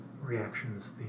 reactions